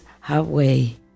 halfway